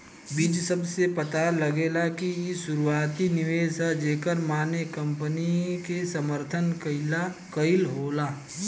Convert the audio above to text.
बीज शब्द से पता लागेला कि इ शुरुआती निवेश ह जेकर माने कंपनी के समर्थन कईल होला